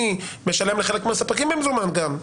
אני משלם לחלק מהספקים במזומן גם.